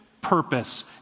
purpose